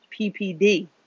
PPD